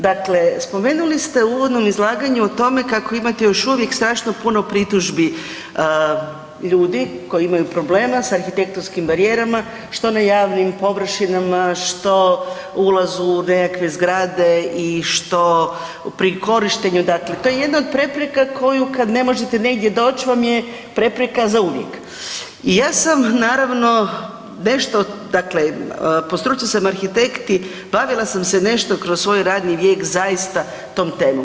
Dakle, spomenuli ste u uvodnom izlaganju o tome kako imate još uvijek strašno puno pritužbi ljudi koji imaju problema sa arhitektonskih barijerama što na javnim površinama, što u ulazu u nekakve zgrade i što pri korištenju, dakle to je jedna od prepreka koji kad ne možete negdje doći vam je prepreka za uvijek i ja sam naravno nešto, dakle po struci sam arhitekt i bavila sam se nešto kroz svoji radni vijek zaista tom temom.